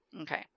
Okay